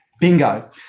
Bingo